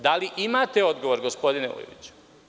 Da li imate odgovor, gospodine Vujoviću?